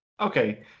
Okay